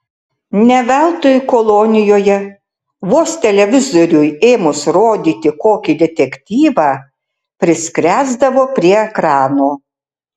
ne veltui kolonijoje vos televizoriui ėmus rodyti kokį detektyvą priskresdavo prie ekrano